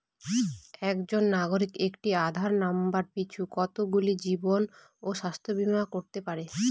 একজন নাগরিক একটি আধার নম্বর পিছু কতগুলি জীবন ও স্বাস্থ্য বীমা করতে পারে?